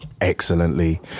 excellently